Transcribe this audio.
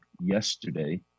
yesterday